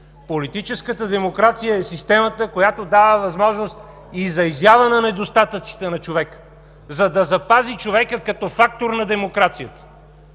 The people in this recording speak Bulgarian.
Политическата демокрация е системата, която дава възможност и за изява на недостатъците на човека, за да запази човека като фактор на демокрацията,